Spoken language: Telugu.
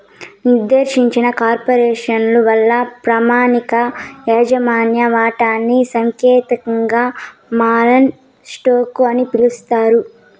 నిర్దేశిత కార్పొరేసను వల్ల ప్రామాణిక యాజమాన్య వాటాని సాంకేతికంగా కామన్ స్టాకు అని పిలుస్తారు